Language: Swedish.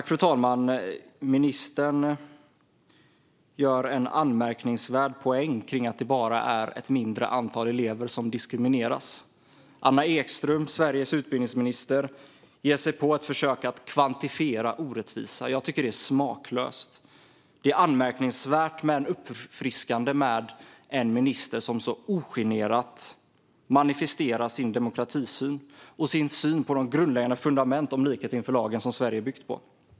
Fru talman! Ministern gör en anmärkningsvärd poäng av att det bara är ett mindre antal elever som diskrimineras. Anna Ekström, Sveriges utbildningsminister, ger sig på att försöka kvantifiera orättvisa. Jag tycker att det är smaklöst. Det är anmärkningsvärt men uppfriskande med en minister som så ogenerat manifesterar sin demokratisyn och sin syn på de grundläggande fundament för likhet inför lagen som Sverige är byggt på.